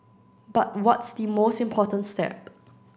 but what's the most important step